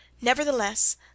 Nevertheless